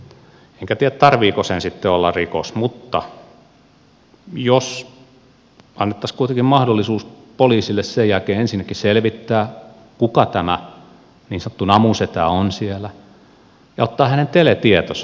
enkä tiedä tarvitseeko sen sitten olla rikos mutta jos annettaisiin kuitenkin mahdollisuus poliisille sen jälkeen ensinnäkin selvittää kuka tämä niin sanottu namusetä on siellä ja ottaa hänen teletietonsa